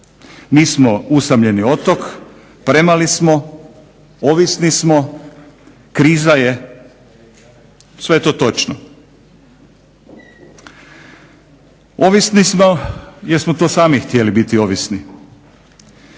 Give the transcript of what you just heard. Mi smo usamljeni otok, premali smo, ovisni smo, kriza je, sve je to točno. Ovisni smo jer smo to sami htjeli biti ovisni,